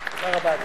(מחיאות כפיים) תודה רבה, אדוני.